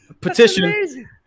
Petition